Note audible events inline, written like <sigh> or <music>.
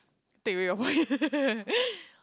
take away your point <laughs>